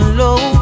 low